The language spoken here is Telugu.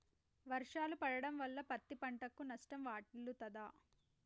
వర్షాలు పడటం వల్ల పత్తి పంటకు నష్టం వాటిల్లుతదా?